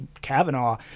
Kavanaugh